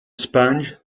sponge